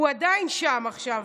הוא עדיין שם עכשיו.